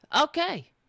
Okay